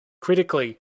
Critically